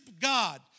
God